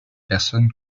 personne